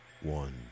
one